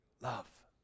love